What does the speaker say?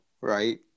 right